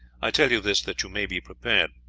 i tell you this that you may be prepared.